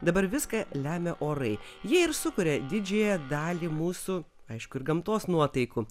dabar viską lemia orai ji ir sukuria didžiąją dalį mūsų aišku ir gamtos nuotaikų